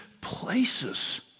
places